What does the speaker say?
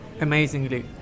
amazingly